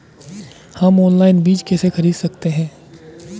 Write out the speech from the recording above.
हम ऑनलाइन बीज कैसे खरीद सकते हैं?